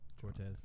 Cortez